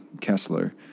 Kessler